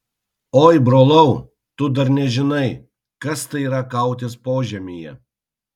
oi brolau tu dar nežinai kas tai yra kautis požemyje